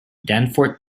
danforth